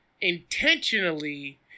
intentionally